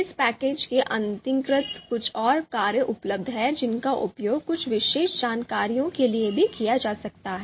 इस पैकेज के अंतर्गत कुछ और कार्य उपलब्ध हैं जिनका उपयोग कुछ विशेष जानकारियों के लिए भी किया जा सकता है